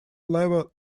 level